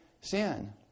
sin